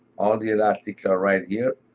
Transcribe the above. all the elastics are right here.